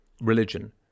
religion